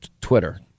Twitter